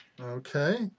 Okay